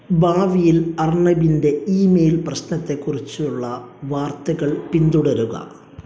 ഭാവിയിൽ അർണബിന്റെ ഈമെയിൽ പ്രശ്നത്തെക്കുറിച്ചുള്ള വാർത്തകൾ പിന്തുടരുക